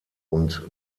und